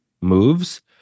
moves